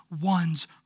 one's